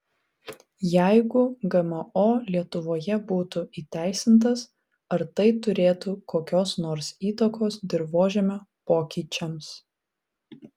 jeigu gmo lietuvoje būtų įteisintas ar tai turėtų kokios nors įtakos dirvožemio pokyčiams